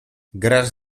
grasz